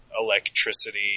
electricity